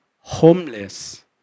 homeless